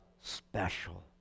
special